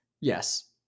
Yes